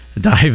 dive